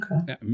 Okay